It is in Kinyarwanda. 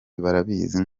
barabizi